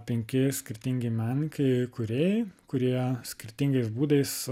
penki skirtingi meninikai kūrėjai kurie skirtingais būdais